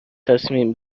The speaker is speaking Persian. تصمیم